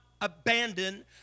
abandon